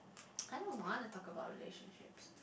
I don't want to talk about relationships